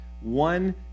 One